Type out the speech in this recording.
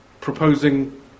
proposing